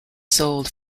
sold